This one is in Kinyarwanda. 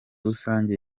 rusange